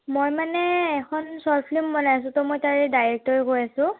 মই মানে এখন শ্বৰ্ট ফিল্ম বনাই আছোঁ ত মই তাৰে ডাইৰেক্টৰে কৈ আছোঁ